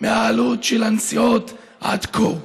מהעלות של הנסיעות עד כה.